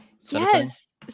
Yes